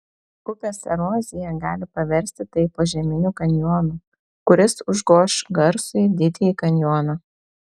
upės erozija gali paversti tai požeminiu kanjonu kuris užgoš garsųjį didįjį kanjoną